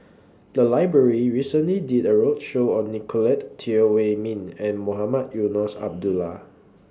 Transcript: The Library recently did A roadshow on Nicolette Teo Wei Min and Mohamed Eunos Abdullah